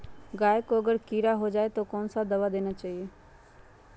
गाय को अगर कीड़ा हो जाय तो कौन सा दवा देना चाहिए?